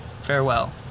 Farewell